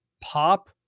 pop